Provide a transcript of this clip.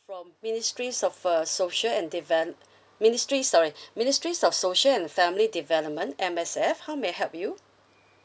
from ministry of uh social and devel~ ministry sorry ministry of social and family development M_S_F how may I help you